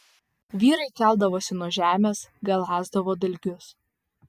vyrai keldavosi nuo žemės galąsdavo dalgius